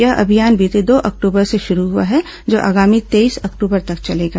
यह अभियान बीते दो अक्टूबर से शुरू हुआ है जो आगामी तेईस अक्टूबर तक चलेगा